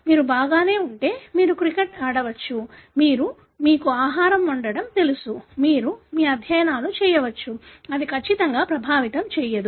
మీరు బాగానే ఉంటే మీరు క్రికెట్ ఆడవచ్చు మీరు మీకు ఆహారం వండడం తెలుసు మీరు మీ అధ్యయనాలు చేయవచ్చు అది ఖచ్చితంగా ప్రభావితం చేయదు